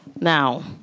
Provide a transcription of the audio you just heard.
now